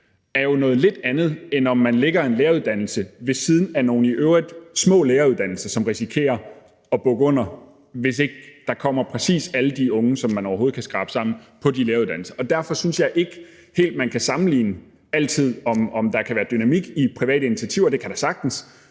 er jo noget lidt andet, end om man lægger en læreruddannelse ved siden af nogle i øvrigt små læreruddannelser, som risikerer at bukke under, hvis ikke der kommer præcis alle de unge, som man overhovedet kan skrabe sammen, på de læreruddannelser. Derfor synes jeg ikke helt, man altid kan sammenligne. Kan der være dynamik i et privat initiativ? Det kan der sagtens,